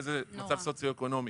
באיזה מצב סוציו-אקונומי.